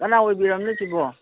ꯀꯅꯥ ꯑꯣꯏꯕꯤꯔꯝꯅꯣ ꯁꯤꯕꯣ